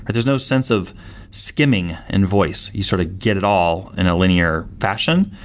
but there's no sense of skimming in voice. you sort of get it all in a linear fashion.